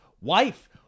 Wife